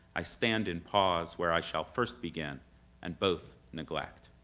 i stand in pause where i shall first begin and both neglect.